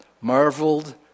marveled